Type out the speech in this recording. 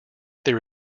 there